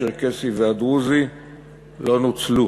הצ'רקסי והדרוזי לא נוצלו.